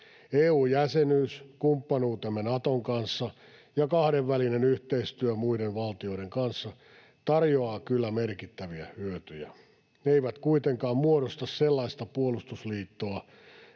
EU-jäsenyys, kumppanuutemme Naton kanssa ja kahdenvälinen yhteistyö muiden valtioiden kanssa tarjoavat kyllä merkittäviä hyötyjä. Ne eivät kuitenkaan muodosta sellaista puolustusliittoa,